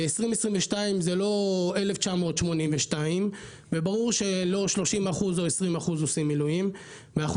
ו-2022 זה לא 1982 וברור שלא 20% או 30% עושים מילואים ואנחנו